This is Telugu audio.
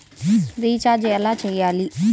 రిచార్జ ఎలా చెయ్యాలి?